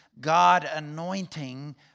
God-anointing